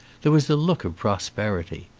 there was a look of prosperity.